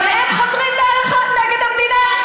מעניין למה, גם הם חותרים נגד המדינה?